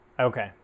okay